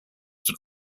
that